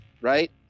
right